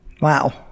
Wow